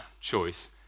choice